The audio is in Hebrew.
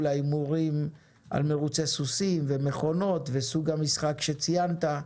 ההימורים על מרוצי סוסים ומכונות וסוגי המשחק שציינת,